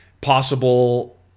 possible